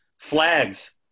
flags –